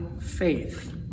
faith